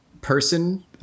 person